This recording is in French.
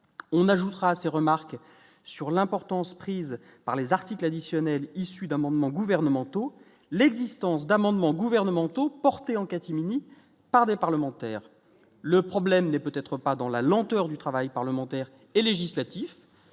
on ajoutera à ses remarques sur l'importance prise par les articles additionnels issues d'amendements gouvernementaux, l'existence d'amendements gouvernementaux en catimini par des parlementaires, le problème n'est peut-être pas dans la lenteur du travail parlementaire et législatif,